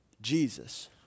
Jesus